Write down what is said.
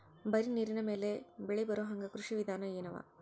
ಬರೀ ನೀರಿನ ಮೇಲೆ ಬೆಳಿ ಬರೊಹಂಗ ಕೃಷಿ ವಿಧಾನ ಎನವ?